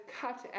cut